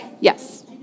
Yes